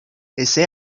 ese